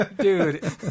Dude